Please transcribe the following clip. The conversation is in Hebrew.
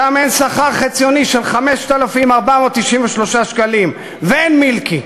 שם אין שכר חציוני של 5,493 שקלים ואין מילקי.